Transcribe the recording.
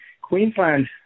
Queensland